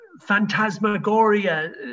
phantasmagoria